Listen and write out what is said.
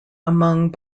among